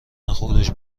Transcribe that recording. خروج